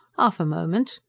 half a moment!